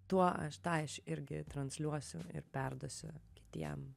tuo aš tą aš irgi transliuosim ir perduosiu kitiem